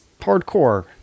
Hardcore